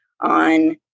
on